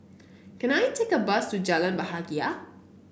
can I take a bus to Jalan Bahagia